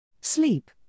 Sleep